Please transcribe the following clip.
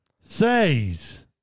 says